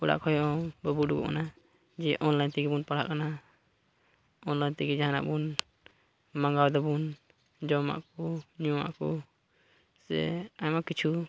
ᱚᱲᱟᱜ ᱠᱷᱚᱱ ᱦᱚᱸ ᱵᱟᱵᱚᱱ ᱩᱰᱩᱠᱚᱜ ᱠᱟᱱᱟᱵᱚᱱ ᱡᱮ ᱚᱱᱞᱟᱭᱤᱱ ᱛᱮᱜᱮᱵᱚᱱ ᱯᱟᱲᱦᱟᱜ ᱠᱟᱱᱟ ᱚᱱᱞᱟᱤᱱ ᱛᱮᱜᱮ ᱡᱟᱦᱟᱱᱟᱜ ᱵᱚᱱ ᱢᱟᱸᱜᱟᱣ ᱫᱟᱵᱟᱱ ᱡᱚᱢᱟᱜ ᱠᱚ ᱧᱩᱣᱟᱜ ᱠᱚ ᱥᱮ ᱟᱭᱢᱟ ᱠᱤᱪᱷᱩ